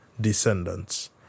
descendants